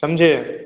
समझे